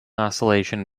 oscillation